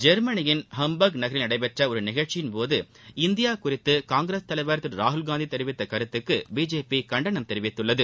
ஜெர்மனியின் ஹம்பெர்க் நகரில் நடைபெற்ற ஒரு நிகழ்ச்சியின் போது இந்தியா குறித்து காங்கிரஸ் தலைவர் திரு ராகுல்காந்தி தெரிவித்த கருத்துக்கு பிஜேபி கண்டனம் தெரிவித்துள்ளது